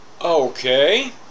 Okay